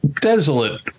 desolate